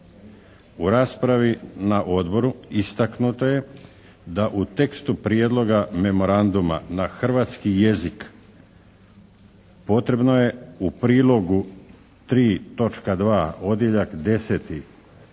U raspravi na odboru istaknuto je da u tekstu prijedloga memoranduma na hrvatski jezik potrebno je u prilogu 3,